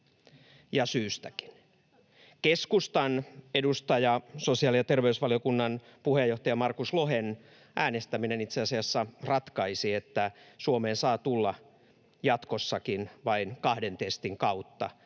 ja syystäkin. Keskustan edustaja, sosiaali‑ ja terveysvaliokunnan puheenjohtaja Markus Lohen äänestäminen itse asiassa ratkaisi, että Suomeen saa tulla jatkossakin vain kahden testin kautta,